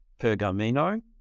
Pergamino